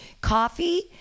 Coffee